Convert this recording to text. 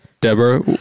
Deborah